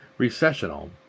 Recessional